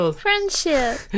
Friendship